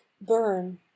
burn